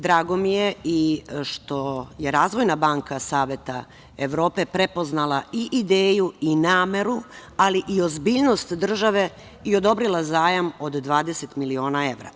Drago mi je i što je Razvojna banka Saveta Evrope prepoznala i ideju i nameru, ali i ozbiljnost države i odobrila zajam od 20 miliona evra.